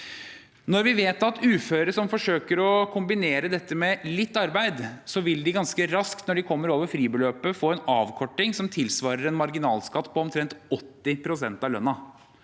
Vi vet at når uføre forsøker å kombinere dette med litt arbeid, vil de ganske raskt – når de kommer over fribeløpet – få en avkorting som tilsvarer en marginalskatt på omtrent 80 pst. av lønnen.